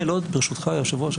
ברשותך היושב-ראש,